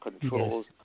controls